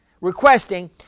requesting